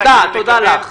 תודה לך.